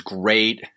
great